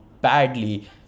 badly